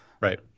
Right